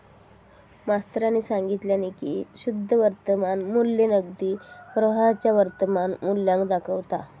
मास्तरानी सांगितल्यानी की शुद्ध वर्तमान मू्ल्य नगदी प्रवाहाच्या वर्तमान मुल्याक दाखवता